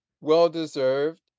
well-deserved